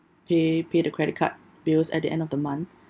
pay pay the credit card bills at the end of the month